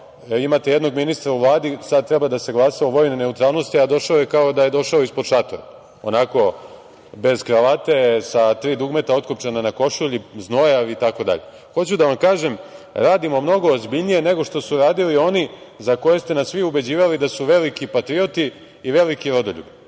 imate jednog ministra u Vladi, sada treba da se glasa o vojnoj neutralnosti, a došao je kao da je došao ispod šatora, onako, bez kravate, sa tri dugmeta otkopčana na košulji, znojav, itd. Hoću da vam kažem da radimo mnogo ozbiljnije nego što su radili oni za koje ste nas vi ubeđivali da su veliki patrioti i veliki rodoljubi.